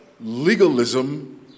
legalism